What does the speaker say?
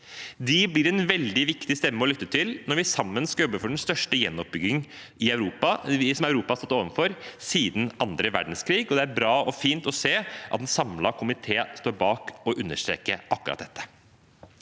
De blir en veldig viktig stemme å lytte til når vi sammen skal jobbe for den største gjenoppbyggingen som Europa har stått overfor siden annen verdenskrig, og det er bra og fint å se at en samlet komité står bak å understreke akkurat dette.